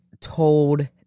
told